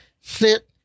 sit